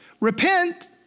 Repent